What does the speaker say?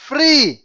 Free